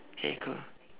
okay cool